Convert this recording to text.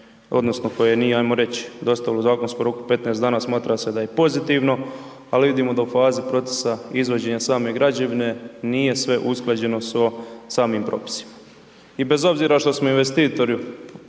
odnosno koje nije ajmo reć' dostavilo u zakonskom roku 15 dana, smatra se da je pozitivno, ali vidimo da u fazi procesa izvođenja same građevine nije sve usklađeno sa samim propisima. I bez obzira što smo investitoru